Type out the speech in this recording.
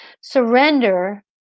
surrender